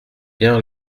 bien